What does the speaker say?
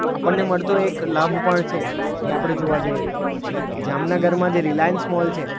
આપણને મળતો એક લાભ છે એ આપણે જોવા જઈએ તો જામનગરમાં જે રિલાયન્સ મોલ છે